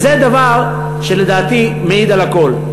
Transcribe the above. וזה דבר שלדעתי מעיד על הכול.